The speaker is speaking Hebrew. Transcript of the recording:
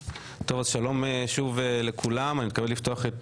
שלום שוב לכולם, אני מתכבד לפתוח את